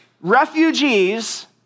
refugees